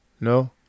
No